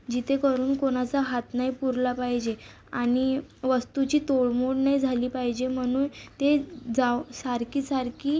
जिथे करून कुणाचा हात नाही पुरला पाहिजे आणि वस्तूची तोडमोड नाही झाली पाहिजे म्हणून ते जा सारखीसारखी